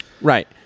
Right